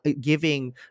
giving